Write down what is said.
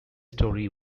story